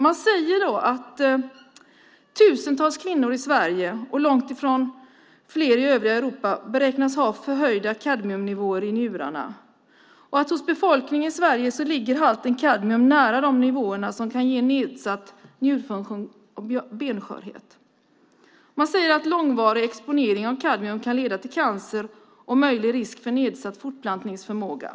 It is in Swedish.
Man säger att tusentals kvinnor i Sverige, och långt fler i övriga Europa, beräknas ha förhöjda kadmiumnivåer i njurarna och att halten kadmium hos befolkningen i Sverige ligger nära de nivåer som kan ge nedsatt njurfunktion och benskörhet. Man säger att långvarig exponering av kadmium kan leda till cancer och innebär en möjlig risk för nedsatt fortplantningsförmåga.